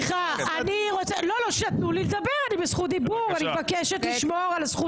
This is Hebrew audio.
אני הייתי ארבע